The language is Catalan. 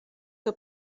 que